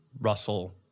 Russell